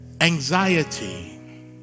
Anxiety